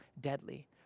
deadly